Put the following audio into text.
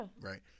Right